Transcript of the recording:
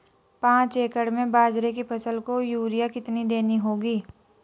पांच एकड़ में बाजरे की फसल को यूरिया कितनी देनी होगी?